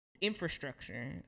infrastructure